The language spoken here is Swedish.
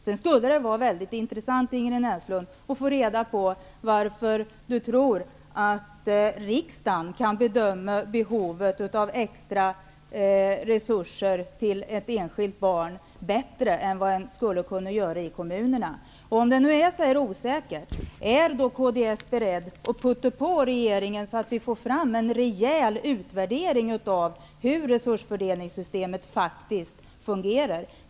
Det skulle vara mycket intressant att få reda på varför Ingrid Näslund tror att riksdagen kan bedöma behovet av extra resurser till ett enskilt barn bättre än vad man skulle kunna göra i kommunerna. Om det nu är så här osäkert, är man då i kds beredd att försöka få i gång regeringen så att vi får fram en rejäl utvärdering av hur resursfördelningssystemet faktiskt fungerar?